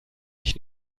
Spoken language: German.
sich